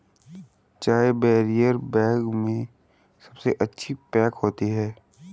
चाय barrier bag में सबसे अच्छी पैक होती है